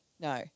no